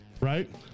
right